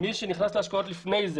שמי שנכנס להשקעות לפני כן